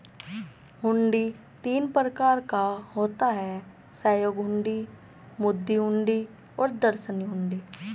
हुंडी तीन प्रकार का होता है सहयोग हुंडी, मुद्दती हुंडी और दर्शनी हुंडी